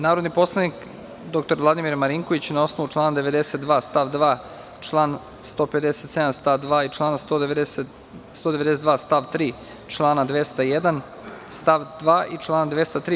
Narodni poslanik dr Vladimir Marinković, na osnovu člana 92. stav 2, člana 157. stav 2, člana 192. stav 3, člana 201. stav 2. i člana 203.